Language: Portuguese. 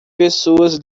pessoas